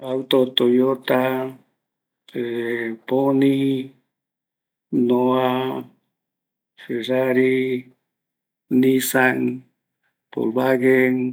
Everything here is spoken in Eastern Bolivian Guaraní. Auto Toyota, ˂hesitation˃ poni, Noa Ferrari, Nissan, Volvagen,